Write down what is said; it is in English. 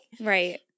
Right